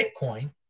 Bitcoin